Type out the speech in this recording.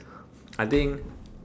I think